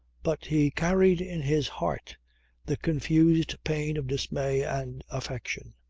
but he carried in his heart the confused pain of dismay and affection,